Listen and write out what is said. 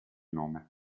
nome